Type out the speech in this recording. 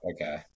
okay